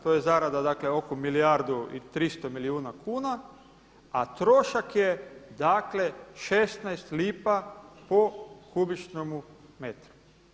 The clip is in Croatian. To je zarada oko milijardu i 300 milijuna kuna, a trošak je dakle 16 lipa po kubičnome metru.